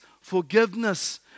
forgiveness